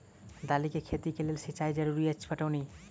दालि केँ खेती केँ लेल सिंचाई जरूरी अछि पटौनी?